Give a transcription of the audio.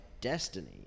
Destiny